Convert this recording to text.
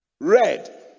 Red